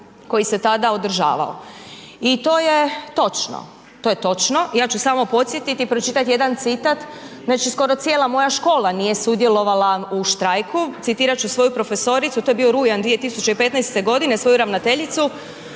koji se tada održavao. I to je točno, to je točno. Ja ću samo podsjetiti i pročitati jedan citat, znači skoro cijela moja škola nije sudjelovala u štrajku, citirat ću svoju profesoricu, to je bio rujan 2015. godine svoju ravnateljicu